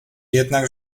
jednak